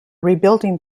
rebuilding